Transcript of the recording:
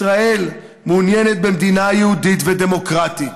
ישראל מעוניינת במדינה יהודית ודמוקרטית,